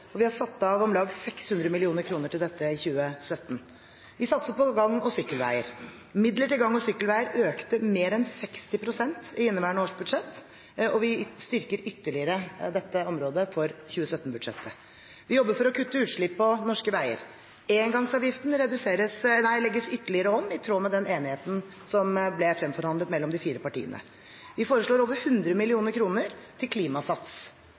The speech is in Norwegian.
og vi har satt av om lag 600 mill. kr til dette i 2017. Vi satser på gang- og sykkelveier. Midler til gang- og sykkelveier økte mer enn 60 pst. i inneværende års budsjett, og vi styrker ytterligere dette området for 2017-budsjettet. Vi jobber for å kutte utslipp på norske veier. Engangsavgiften legges ytterligere om i tråd med den enigheten som ble fremforhandlet mellom de fire partiene. Vi foreslår over 100 mill. kr til Klimasats.